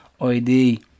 ID